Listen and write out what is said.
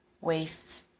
wastes